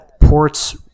ports